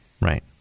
Right